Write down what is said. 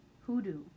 hoodoo